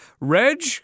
Reg